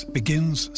begins